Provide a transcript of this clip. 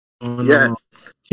Yes